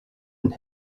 and